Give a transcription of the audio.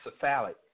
cephalic